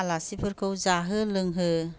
आलासिफोरखौ जाहो लोंहो